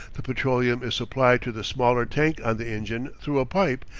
the petroleum is supplied to the smaller tank on the engine through a pipe,